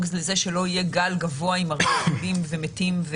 לזה שלא יהיה גל גבוה עם הרבה חולים קשים ומתים,